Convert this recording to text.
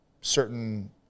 certain